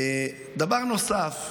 דבר נוסף,